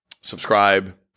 Subscribe